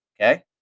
Okay